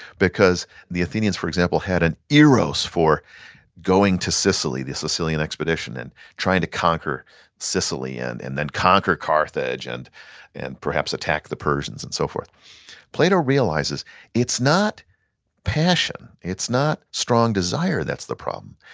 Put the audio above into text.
because they athenians, for example, had an eros for going to sicily, the sicilian expedition, and trying to conquer sicily and and then conquer carthage and and perhaps attack the persians and so forth plato realizes it's not passion, it's not strong desire that's the problem,